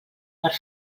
per